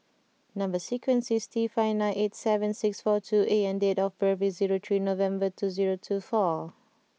number sequence is T five nine eight seven six four two A and date of birth is three November two two four